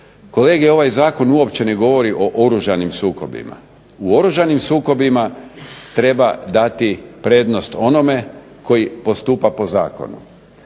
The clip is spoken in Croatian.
Kolege ovaj zakon uopće ne govori o oružanim sukobima. U oružanim sukobima treba dati prednost onome koji postupa po zakonu.